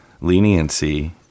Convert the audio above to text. leniency